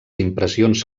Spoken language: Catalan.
impressions